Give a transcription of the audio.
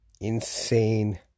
insane